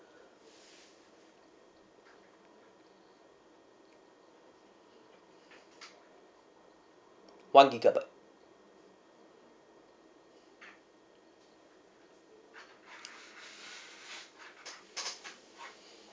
one gigabyte